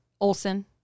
Olson